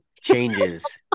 changes